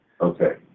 Okay